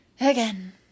again